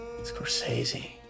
Scorsese